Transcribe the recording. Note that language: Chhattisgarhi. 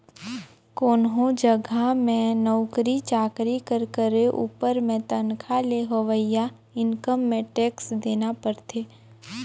कोनो जगहा में नउकरी चाकरी कर करे उपर में तनखा ले होवइया इनकम में टेक्स देना परथे